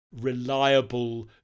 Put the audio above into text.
reliable